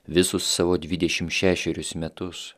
visus savo dvidešim šešerius metus